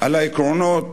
על העקרונות